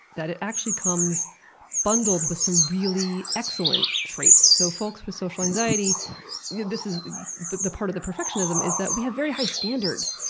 that is actually comes bundled with some really excellent traits. so folks with social anxiety yeah this is but part of the perfectionism is that we have very high standards,